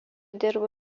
dirbo